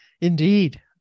Indeed